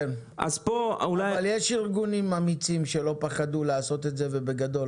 יש ארגונים אמיצים שלא פחדו לעשות את זה, ובגדול.